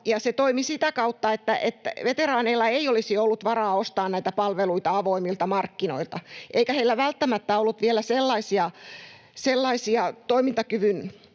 se toimi sitä kautta, että veteraaneilla ei olisi ollut varaa ostaa näitä palveluita avoimilta markkinoilta, eikä heillä välttämättä ollut vielä sellaisia toimintakyvyn